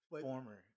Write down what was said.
Former